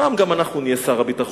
פעם גם אנחנו נהיה שר הביטחון,